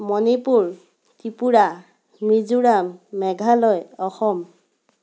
Manipur Tripura Mizoram Meghalaya Assam